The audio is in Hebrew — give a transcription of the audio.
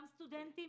גם סטודנטים